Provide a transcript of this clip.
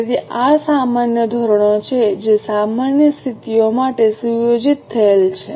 તેથી આ સામાન્ય ધોરણો છે જે સામાન્ય સ્થિતિઓ માટે સુયોજિત થયેલ છે